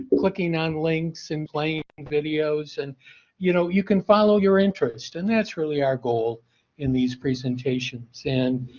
clicking on links and playing videos and you know you can follow your interest and that's really our goal in these presentations. and,